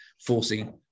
forcing